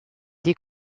des